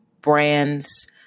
brands